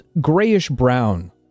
grayish-brown